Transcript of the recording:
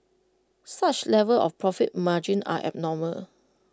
such levels of profit margin are abnormal